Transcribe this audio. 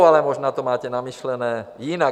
Ale možná to máte vymyšlené jinak.